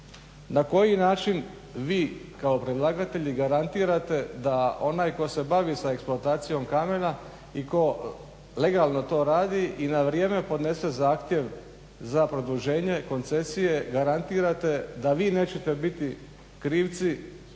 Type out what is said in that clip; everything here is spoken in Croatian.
Na koji način vi kao predlagatelj garantirate da onaj tko se bavi sa eksploatacijom kamena i tko legalno to radi i na vrijeme podnese zahtjev za produženje koncesije garantirate da vi nećete biti krivci